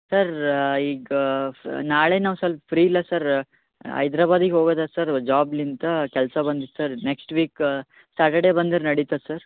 sir ಈಗ ಸಹ ನಾಳೆ ನಾವು ಸ್ವಲ್ಪ್ ಫ್ರೀ ಇಲ್ಲ ಸರ್ ಹೈದ್ರಬಾದಿಗ್ ಹೋಗೋದ ಸರ್ ಜಾಬ್ಲಿಂತ ಕೆಲಸ ಬಂದಿತ್ತು ಸರ್ ನೆಕ್ಸ್ಟ್ ವೀಕ್ ಸ್ಯಾಟರ್ಡೆ ಬಂದ್ರೆ ನಡಿಯುತ್ತಾ ಸರ್